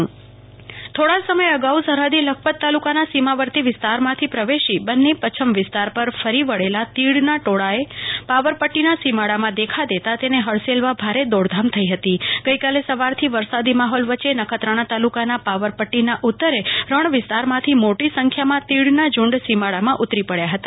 કલ્પના શાહ આકમા થોડા સમય અગાઉ સરહદી લખપત તાલુકાના સીમાવર્તી વિસ્તારમાંથી પ્રવેશી બન્ની પરછમ વિસ્તાર પર ફરી વળેલા તીડનાં ટોળા પાવરપટ્ટીનાં સીમોડામાં દેખાતા તેને હડસૈલવા ભારે દોડદામ થઇ હતી ગઈકાલે સવારથી વેરસાદી માહોલ વચ્ચે નખત્રાણા તાલુકાનાં પાવરપદ્દીનાં ઉતરે રણ વિસ્તાર માંથી મોટી સંખ્યામાં તીડના ઝુંડ સીમાડામાં ઉતરી પડયા હતા